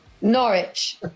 Norwich